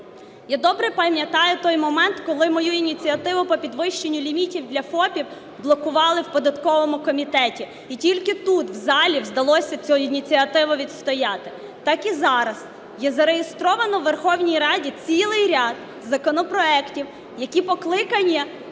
Я добре пам'ятаю той момент, коли мою ініціативу по підвищенню лімітів для ФОП блокували в податковому комітеті і тільки тут в залі вдалося цю ініціативу відстояти. Так і зараз є зареєстровано у Верховній Раді цілий ряд законопроектів, які покликані